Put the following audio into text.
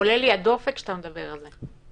עולה לי הדופק כשאתה מדבר על זה.